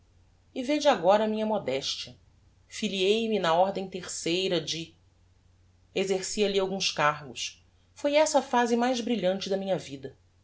e vede agora a minha modestia filiei me na ordem terceira de exerci alli alguns cargos foi essa a phase mais brilhante da minha vida